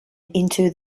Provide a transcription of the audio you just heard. into